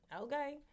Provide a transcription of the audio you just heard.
Okay